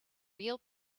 real